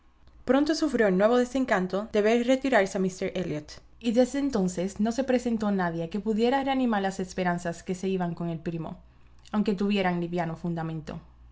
pronto sufrió el nuevo desencanto de ver retirarse a míster elliot y desde entonces no se presentó nadie que pudiera reanimar las esperanzas que se iban con el primo aunque tuvieran liviano fundamento